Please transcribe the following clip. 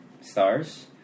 stars